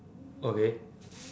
okay